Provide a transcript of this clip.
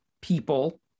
people